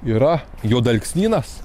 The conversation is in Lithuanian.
yra juodalksnynas